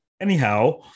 Anyhow